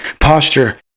posture